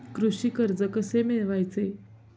कृषी कर्ज कसे मिळवायचे?